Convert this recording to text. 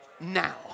now